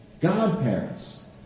godparents